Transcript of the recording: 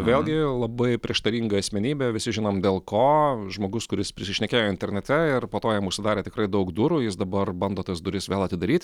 vėlgi labai prieštaringa asmenybė visi žinom dėl ko žmogus kuris prisišnekėjo internete ir po to jam užsidarė tikrai daug durų jis dabar bando tas duris vėl atidaryt